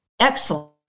excellent